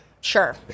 Sure